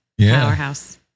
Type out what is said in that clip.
powerhouse